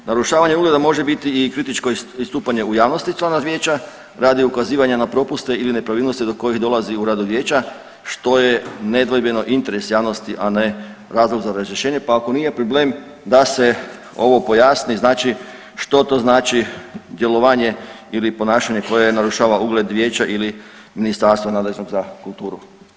Narušavanje ugleda može biti i kritičko istupanje u javnosti člana vijeća radi ukazivanja na propuste ili nepravilnosti do kojih dolazi u radu vijeća, što je nedvojbeno interes javnosti, a ne razlog za razrješenje, pa ako nije problem da se ovo pojasni, znači što to znači djelovanje ili ponašanje koje narušava ugled vijeća ili ministarstva nadležnog za kulturu.